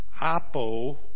Apo